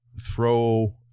throw